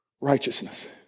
righteousness